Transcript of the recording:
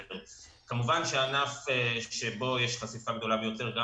כמובן שהענף שבו יש חשיפה גדולה ביותר גם